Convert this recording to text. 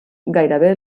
gairebé